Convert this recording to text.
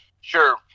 Sure